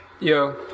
Yo